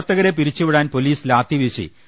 പ്രവർത്തകരെ പിരിച്ചുവിടാൻ പൊലീസ് ലാത്തി വീശി